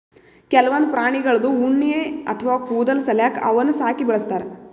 ಕೆಲವೊಂದ್ ಪ್ರಾಣಿಗಳ್ದು ಉಣ್ಣಿ ಅಥವಾ ಕೂದಲ್ ಸಲ್ಯಾಕ ಅವನ್ನ್ ಸಾಕಿ ಬೆಳಸ್ತಾರ್